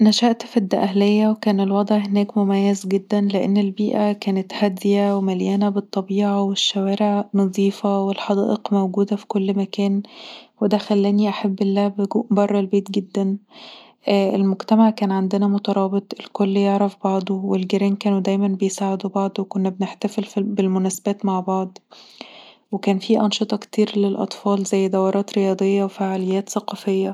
نشأت في الدقهلية، وكان الوضع هناك مميز جدًا لأن البيئة كانت هادية ومليانة بالطبيعة والشوارع نضيفة والحدائق موجودة في كل مكان، وده خلاني أحب اللعب برا البيت جدا المجتمع كان عندنا مجتمع مترابط، الكل يعرف بعضه. الجيران كانوا دايمًا يساعدوا بعض، وكنا بتحتفل بالمناسبات مع بعض وكان فيه أنشطة كتير للأطفال، زي دورات رياضية وفعاليات ثقافية